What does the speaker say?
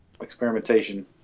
experimentation